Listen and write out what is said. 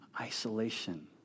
isolation